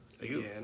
again